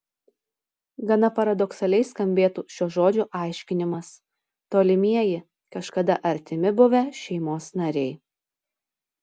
gana paradoksaliai skambėtų šio žodžio aiškinimas tolimieji kažkada artimi buvę šeimos nariai